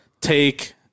take